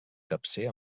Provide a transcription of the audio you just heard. capcer